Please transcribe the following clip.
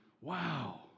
Wow